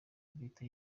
guhita